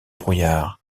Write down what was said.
brouillard